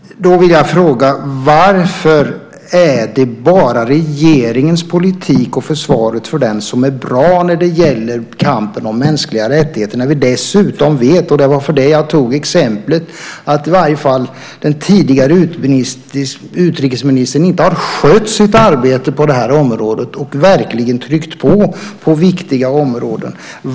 Då vill jag fråga: Varför är det bara regeringens politik och försvaret för den som är bra när det gäller kampen för mänskliga rättigheter? Vi vet att i varje fall den tidigare utrikesministern inte har skött sitt arbete på det här området och verkligen tryckt på inom viktiga områden.